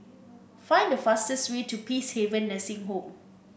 find the fastest way to Peacehaven Nursing Home